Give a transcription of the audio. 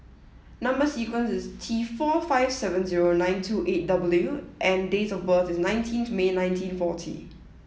number sequence is T four five seven zero nine two eight W and date of birth is nineteenth May nineteen forty